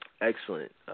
Excellent